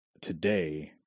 today